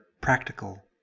practical